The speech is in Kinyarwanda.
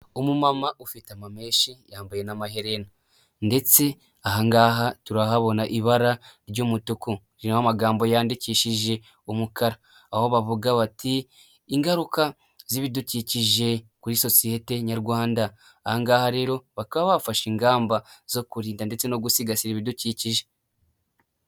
Umumama ufite amameshi yambaye n'amaherena, ndetse aha ngaha turahabona ibara ry'umutuku, ririmo amagambo yandikishije umukara, aho bavuga bati ingaruka z'ibidukikije kuri sosiyete nyarwanda, aha ngaha rero bakaba bafashe ingamba zo kurinda ndetse no gusigasira ibidukikije.